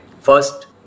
First